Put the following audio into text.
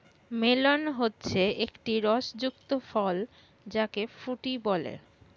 melon হচ্ছে একটি রস যুক্ত ফল যাকে ফুটি বলে